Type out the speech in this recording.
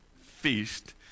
feast